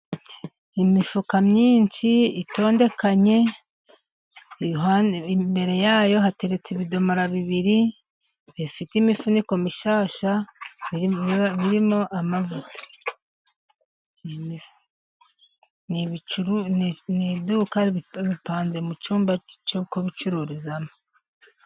Imifuka myinshi itondekanye imbere yayo hateretse ibidomora bibiri bifite imifuniko mishyashya birimo amavuta. Ni iduka bipanze mu cyumba cyo kubicururizamo.